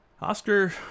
Oscar